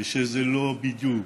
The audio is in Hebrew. ושזה לא בדיוק,